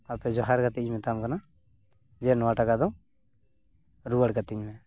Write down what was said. ᱟᱯᱮ ᱡᱚᱦᱟᱨ ᱠᱟᱛᱤᱧ ᱢᱮᱛᱟᱢ ᱠᱟᱱᱟ ᱡᱮ ᱱᱚᱣᱟ ᱴᱟᱠᱟ ᱫᱚ ᱨᱩᱣᱟᱹᱲ ᱠᱟᱹᱛᱤᱧ ᱢᱮ